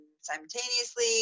simultaneously